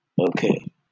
Okay